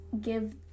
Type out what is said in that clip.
give